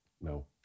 No